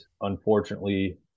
unfortunately